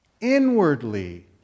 inwardly